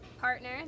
Partner